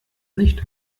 nicht